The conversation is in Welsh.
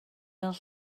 fel